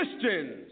Christians